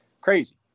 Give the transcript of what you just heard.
Crazy